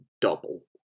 double